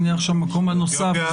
אתיופיה גם ברשימה?